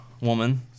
woman